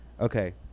okay